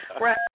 Right